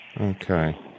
Okay